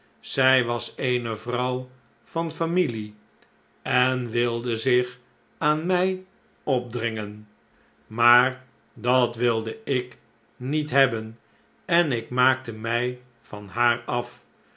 zii was eene vrouw van familie en wilde zich aan mij opdringen maar dat wilde ik niet hebben en ik maakte mij van haar af